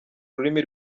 rurimi